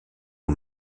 aux